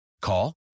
Call